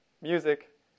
music